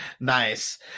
Nice